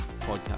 podcast